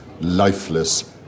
lifeless